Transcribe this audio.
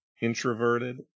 introverted